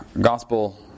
gospel